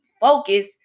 focus